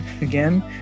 again